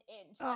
inch